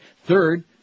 Third